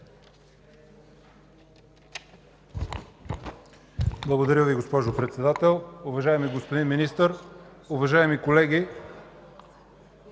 Благодаря Ви, госпожо Председател. Уважаеми господин Министър, уважаеми колеги!